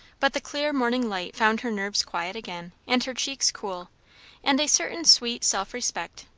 but the clear morning light found her nerves quiet again, and her cheeks cool and a certain sweet self-respect,